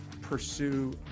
pursue